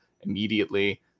immediately